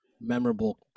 memorable